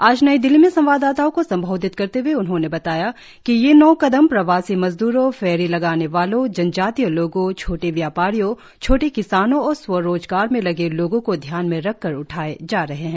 आज नई दिल्ली में संवाददाताओं को संबोधित करते हुए उन्होंने बताया कि ये नौ कदम प्रवासी मजदूरों फेरी लगाने वालों जनजातीय लोगों छोटे व्यापारियों छोटे किसानों और स्व रोजगार में लगे लोगों को ध्यान में रखकर उठाए जा रहे हैं